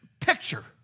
picture